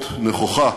כאחד.